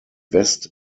west